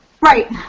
Right